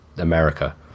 america